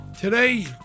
Today